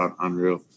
unreal